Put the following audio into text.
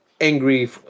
angry